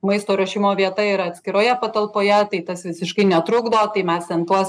maisto ruošimo vieta yra atskiroje patalpoje tai tas visiškai netrukdo tai mes ten tuos